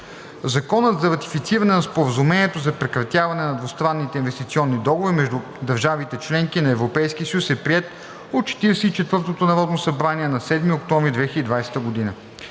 Законът за ратифициране на Споразумението за прекратяване на двустранните инвестиционни договори между държавите – членки на Европейския съюз, е приет от 44-тото народно събрание на 7 октомври 2020 г.